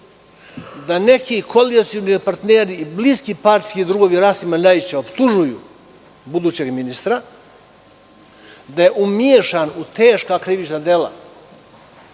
da neki koalicioni partneri i bliski drugovi Rasima Ljajića optužuju budućeg ministra da je umešan u teška krivična dela.